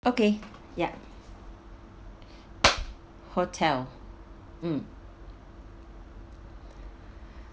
okay ya hotel mm